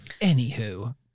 Anywho